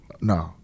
no